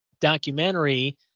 documentary